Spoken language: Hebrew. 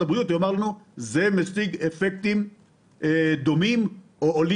הבריאות אומר לנו שהוא משיג אפקטים דומים לאיכוני השב"כ.